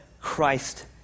Christ